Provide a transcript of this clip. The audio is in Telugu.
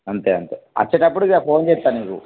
అంతే అంతే అచ్చేటప్పుడు ఇక ఫోన్ చేస్తా నీకు